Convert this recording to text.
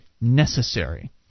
necessary